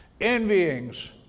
envyings